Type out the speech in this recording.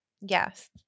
Yes